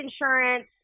insurance